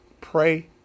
pray